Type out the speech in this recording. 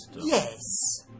Yes